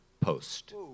post